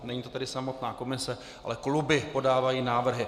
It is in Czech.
Není to tedy samotná komise, ale kluby podávají návrhy.